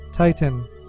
Titan